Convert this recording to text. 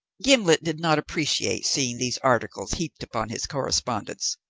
gimblet did not appreciate seeing these articles heaped upon his correspondence.